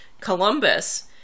Columbus